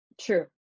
True